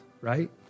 right